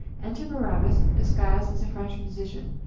enter barabas, disguised as a french musician,